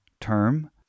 term